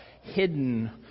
hidden